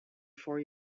four